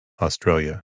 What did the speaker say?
Australia